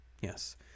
Yes